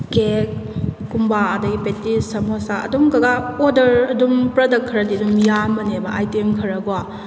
ꯀꯦꯛꯀꯨꯝꯕ ꯑꯗꯨꯗꯩ ꯕꯦꯀꯤꯁ ꯁꯝꯃꯣꯁꯥ ꯑꯗꯨꯝ ꯀꯀꯥ ꯑꯣꯗꯔ ꯑꯗꯨꯝ ꯄ꯭ꯔꯗꯛ ꯈꯔꯗꯤ ꯑꯗꯨꯝ ꯌꯥꯝꯕꯅꯦꯕ ꯑꯥꯏꯇꯦꯝ ꯈꯔ ꯀꯣ